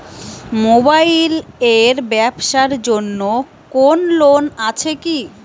Mobile এর ব্যাবসার জন্য কোন লোন আছে কি?